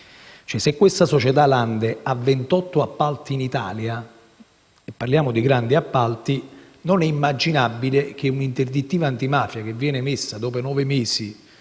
Se la società Lande ha 28 appalti in Italia (e parliamo di grandi appalti), non è immaginabile che una interdittiva antimafia, emessa dopo nove mesi